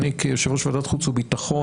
שאני כיושב-ראש ועדת חוץ וביטחון,